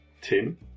Tim